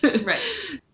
Right